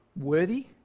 worthy